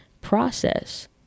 process